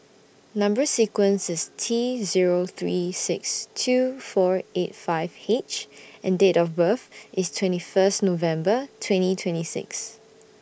Number sequence IS T Zero three six two four eight five H and Date of birth IS twenty First November twenty twenty six